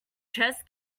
chess